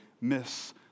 miss